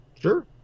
Sure